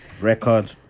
record